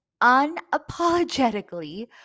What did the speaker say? unapologetically